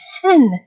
ten